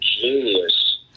genius